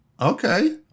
Okay